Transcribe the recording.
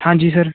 ਹਾਂਜੀ ਸਰ